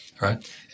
right